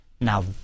Now